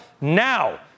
Now